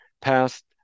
passed